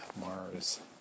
Mars